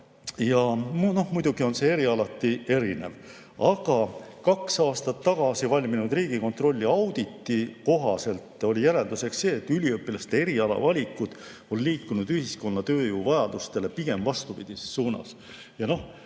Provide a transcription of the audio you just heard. Muidugi on see erialati erinev. Aga kaks aastat tagasi valminud Riigikontrolli auditi kohaselt oli järeldus see, et üliõpilaste erialavalikud on liikunud ühiskonna tööjõuvajadustest pigem vastupidises suunas. Ma ei